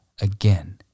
again